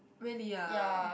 really ah